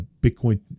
Bitcoin